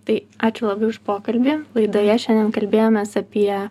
tai ačiū labai už pokalbį laidoje šiandien kalbėjomės apie